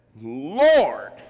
Lord